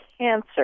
cancer